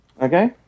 Okay